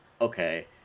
okay